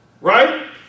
right